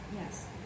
Yes